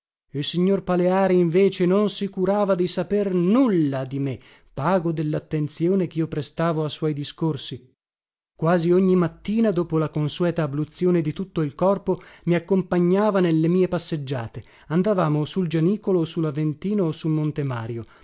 il signor paleari invece non si curava di saper nulla di me pago dellattenzione chio prestavo a suoi discorsi quasi ogni mattina dopo la consueta abluzione di tutto il corpo mi accompagnava nelle mie passeggiate andavamo o sul gianicolo o su laventino o su monte mario